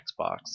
Xbox